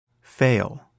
fail